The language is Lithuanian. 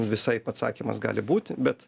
visaip atsakymas gali būti bet